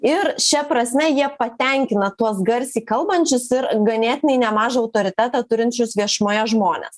ir šia prasme jie patenkina tuos garsiai kalbančius ir ganėtinai nemažą autoritetą turinčius viešumoje žmones